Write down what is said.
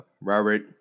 Robert